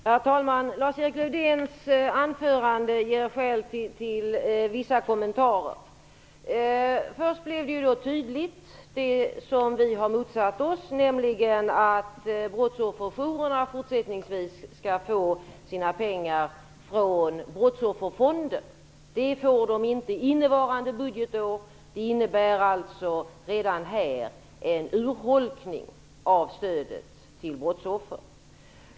Herr talman! Lars-Erik Lövdéns anförande ger skäl till vissa kommentarer. Först blev det som vi har motsatt oss tydligt, nämligen att brottsofferjourerna fortsättningsvis skall få sina pengar från Brottsofferfonden. Det får de inte. Innevarande budgetår innebär alltså redan här en urholkning av stödet till brottsoffer.